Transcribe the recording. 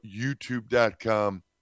YouTube.com